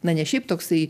na ne šiaip toksai